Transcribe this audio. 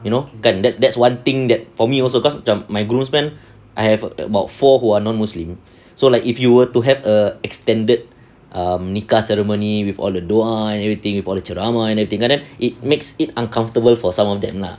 you know kan that's that's one thing that for me also cause macam my groomsmen I have about four who are non-muslim so like if you were to have a extended err nikah ceremony with all the dua and everything with all the ceramah everything and then it makes it uncomfortable for some of them lah